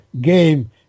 game